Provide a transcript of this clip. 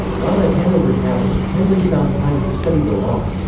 while at hanover tavern, henry found time to study the law.